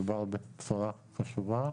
מדובר בבשורה חשובה.